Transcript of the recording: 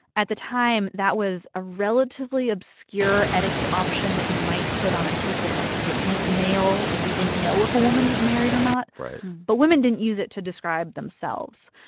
at the time, that was a relatively obscure etiquette option that you might put on a piece of like business mail if you didn't know if a woman was married or not right but women didn't use it to describe themselves.